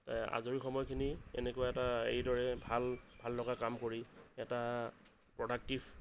আজৰি সময় খিনি এনেকুৱা এটা এইদৰে ভাল ভাল লগা কাম কৰি এটা প্ৰডাক্টিভ